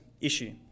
issue